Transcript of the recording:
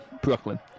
Brooklyn